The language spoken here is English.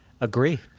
agree